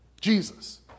Jesus